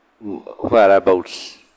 whereabouts